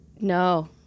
No